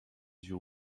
you